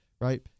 right